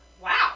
Wow